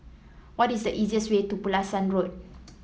what is the easiest way to Pulasan Road